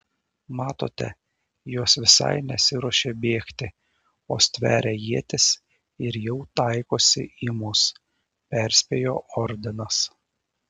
matote jos visai nesiruošia bėgti o stveria ietis ir jau taikosi į mus perspėjo ordinas